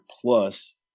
plus